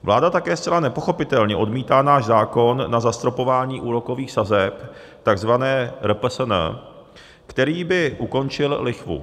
Vláda také zcela nepochopitelně odmítá náš zákon na zastropování úrokových sazeb tzv. RPSN který by ukončil lichvu.